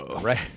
Right